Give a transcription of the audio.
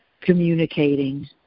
communicating